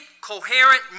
coherent